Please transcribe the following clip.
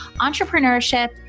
entrepreneurship